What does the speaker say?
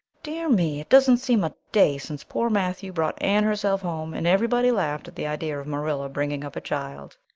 dear me, it doesn't seem a day since poor matthew brought anne herself home and everybody laughed at the idea of marilla bringing up a child.